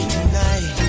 Tonight